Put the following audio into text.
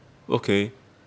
okay